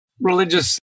religious